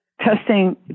Testing